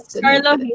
Carlo